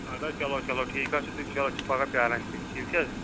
اَدٕ حظ چلو چلو ٹھیٖک حظ چھُ تہٕ اِنشاء اللہ چھُ پگاہ پرٛاران تیٚلہِ ٹھیٖک چھِ حظ